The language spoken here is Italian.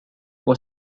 può